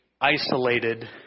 isolated